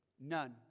none